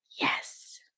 Yes